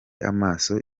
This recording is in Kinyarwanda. amaso